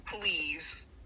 Please